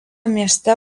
mieste